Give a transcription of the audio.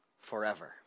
forever